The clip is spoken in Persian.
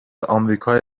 آمریکای